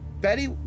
Betty